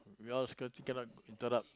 we all scared also cannot interrupt